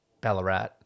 Ballarat